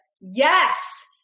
Yes